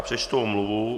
Přečtu omluvu.